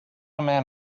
man